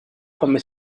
donde